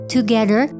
Together